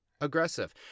aggressive